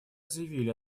заявили